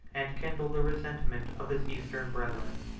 and kindle the resentment, of his eastern brethren.